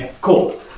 Cool